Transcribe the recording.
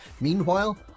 Meanwhile